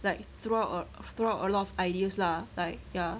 like throw out throw out a lot of ideas lah like ya